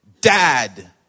dad